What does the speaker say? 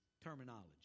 terminology